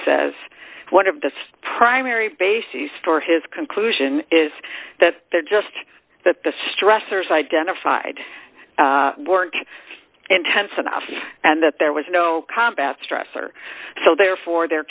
says one of the primary bases for his conclusion is that there just that the stressors identified work intense enough and that there was no combat stress or so therefore the